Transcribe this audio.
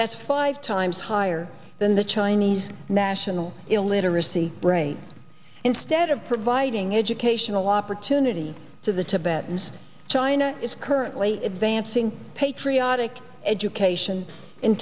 that's five times higher than the chinese national illiteracy rate instead of providing educational opportunities to the tibetans china is currently advancing patriotic education in